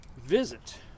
visit